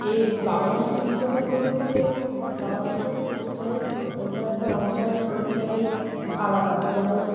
এর বাংলা ভাষার উচ্চারণ বলতে বাংলা ভাষার উচ্চারণ অন্যান্য অঞ্চল অনুযায়ী আলাদা যেমন